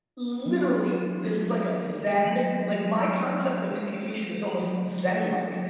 literally this is like a zen. like, my concept of communication is almost zen-like.